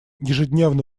ежедневно